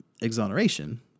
exoneration